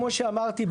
כמו שאמרתי,